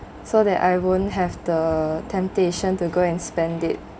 so that I won't have the temptation to go and spend it